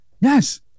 yes